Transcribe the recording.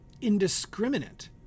indiscriminate